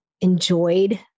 enjoyed